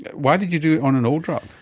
why did you do it on an old drug?